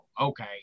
Okay